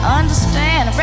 understand